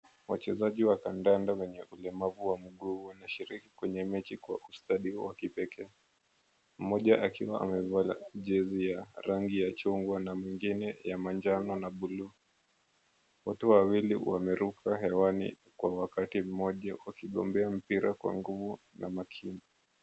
Wachezaji wa kandanda wenye ulemavu wa mguu wanashiriki kwenye mechi kwa ustadi wa kipekee. Mmoja akiwa amevaa jezi ya rangi ya chungwa na mwingine ya manjano na bluu. Wote wawili wameruka hewani kwa wakati mmoja wakigombea mpira kwa nguvu na makini.